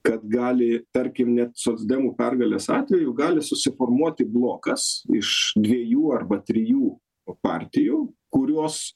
kad gali tarkim net socdemų pergalės atveju gali susiformuoti blokas iš dviejų arba trijų partijų kurios